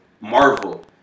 Marvel